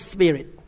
Spirit